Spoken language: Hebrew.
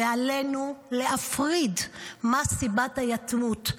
ועלינו להפריד מה סיבת היתמות.